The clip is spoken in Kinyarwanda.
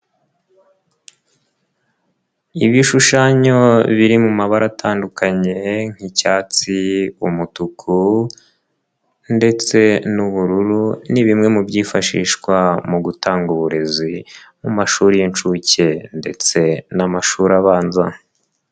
Ibishushanyo biri mu mabara atandukanye nk'icyatsi, umutuku ndetse n'ubururu ni bimwe mu byifashishwa mu gutanga uburezi mu mashuri y'inshuke ndetse n'amashuri abanza.